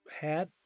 hat